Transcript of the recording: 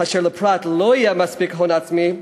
כאשר לפרט לא יהיה מספיק הון עצמי,